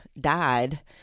died